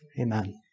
Amen